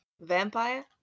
vampire